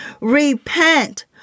repent